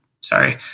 sorry